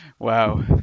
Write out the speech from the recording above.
Wow